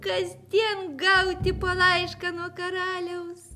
kasdien gauti po laišką nuo karaliaus